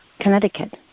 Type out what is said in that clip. Connecticut